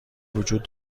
وجود